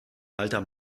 alter